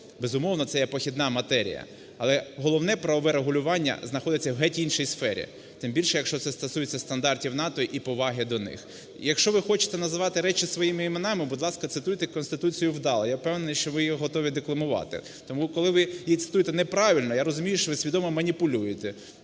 безумовно, це є похідна матерія. Але головне правове регулювання знаходиться в геть іншій сфері, тим більше, якщо це стосується стандартів НАТО і поваги до них. Якщо ви хочете називати речі своїми іменами, будь ласка, цитуйте Конституцію вдало, я впевнений, що ви її готові декламувати. Тому, коли ви її цитуєте неправильно, я розумію, що ви свідомо маніпулюєте